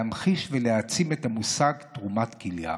להמחיש ולהעצים את המושג "תרומת כליה".